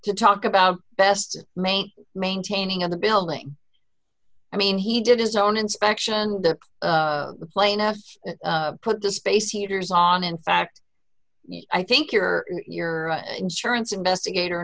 to talk about best main maintaining of the building i mean he did his own inspection of the plane as put the space heaters on in fact i think your your insurance investigator